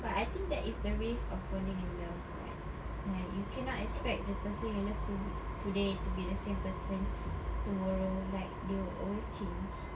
but I think that is the risk of falling in love [what] like you cannot expect the person you love to today to be the same person tomorrow like they will always change